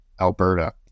Alberta